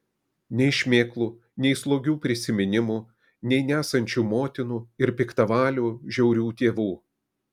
nei šmėklų nei slogių prisiminimų nei nesančių motinų ir piktavalių žiaurių tėvų